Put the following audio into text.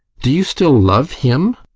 do you still love him?